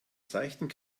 seichten